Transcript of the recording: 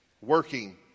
working